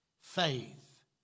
faith